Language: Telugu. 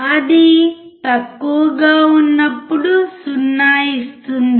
అది తక్కువగా ఉన్నప్పుడు 0 ఇస్తుంది